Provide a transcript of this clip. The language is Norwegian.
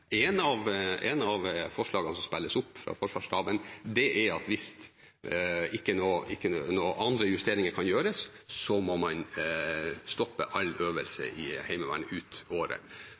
fra Forsvarsstaben, er at hvis ingen andre justeringer kan gjøres, må man stoppe all øvelse i Heimevernet ut året.